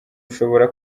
ushobora